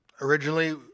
Originally